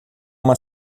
uma